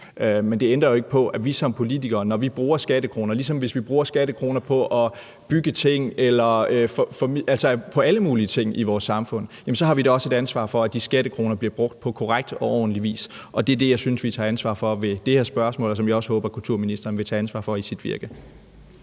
og det ændrer ikke på, at vi som politikere, når vi bruger skattekroner – ligesom hvis vi bruger skattekroner på at bygge ting eller på alle mulige ting i vores samfund – også har et ansvar for, at de skattekroner bliver brugt på korrekt og ordentlig vis, og det er det, jeg synes vi tager ansvar for ved det her spørgsmål, og som jeg også håber kulturministeren vil tage ansvar for i sit virke.